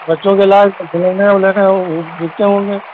बच्चों के लायक़ खिलौने उलौने उ बिकते होंगे